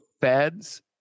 Feds